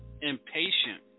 impatient